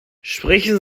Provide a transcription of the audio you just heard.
sprechen